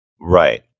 Right